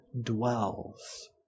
dwells